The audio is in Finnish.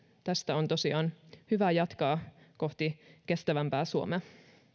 tästä on tosiaan hyvä jatkaa kohti kestävänpää suomea